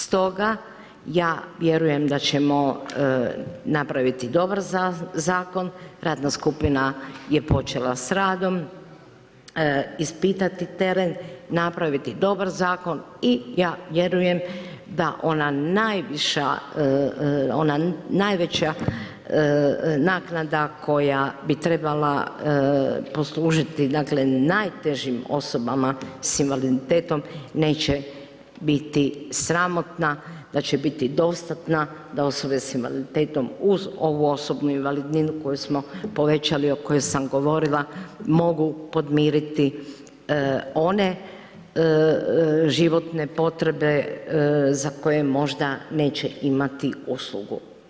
Stoga ja vjerujem da ćemo napraviti dobar zakon, radna skupina je počela s radom, ispitati teren, napraviti dobar zakon i ja vjerujem da ona najveća naknada koja bi trebala poslužiti najtežim osobama s invaliditetom neće biti sramotna, da će biti dostatna da osobe s invaliditetom, uz ovu osobnu invalidninu koju smo povećali, o kojoj sam govorila, mogu podmiriti one životne potrebe za koje možda neće imati uslugu.